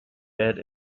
bed